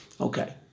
Okay